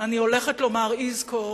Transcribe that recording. אני הולכת לומר "יזכור"